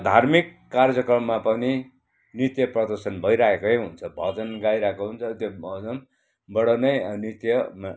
धार्मिक कार्यक्रममा पनि नृत्य प्रदर्शन भइरहेकै हुन्छ भजन गाइरहेको हुन्छ त्यो भजनबाड नै नृत्य